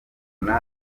mubona